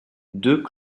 deux